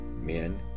men